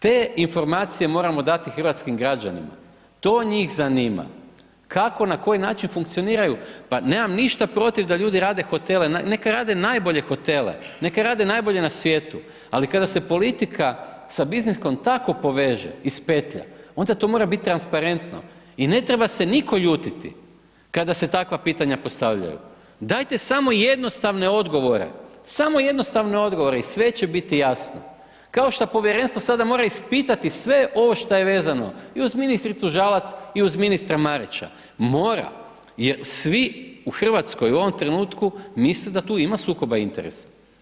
Te informacije moramo dati i hrvatskim građanima, to njih zanima, kako, na koji način funkcioniraju, pa nemam ništa protiv da ljudi rade hotele, nek rade najbolje hotele, neka rade najbolje na svijetu, ali kada se politika sa biznisom tako poveže i spetlja, onda to mora biti transparentno i ne treba se nitko ljutiti kada se takva pitanja postavljaju, dajte samo jednostavne odgovore, samo jednostavne odgovore i sve će biti jasno, kao što povjerenstvo sada mora ispitati sve ovo šta je vezano i uz ministricu Žalac i uz ministra Marića, mora jer svi u RH u ovom trenutku misle da tu ima sukoba interesa.